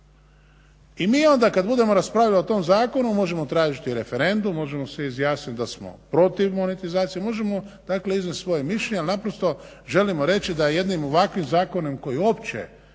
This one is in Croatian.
i mi onda kad budemo raspravljali o tom zakonu možemo tražiti referendum, možemo se izjasniti da smo protiv monetizacije, možemo dakle iznijeti svoje mišljenje, ali naprosto želimo reći da jednim ovakvim zakonom koji uopće